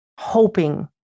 Hoping